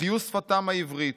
החיו שפתם העברית,